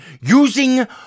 using